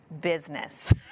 business